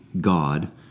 God